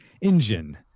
Engine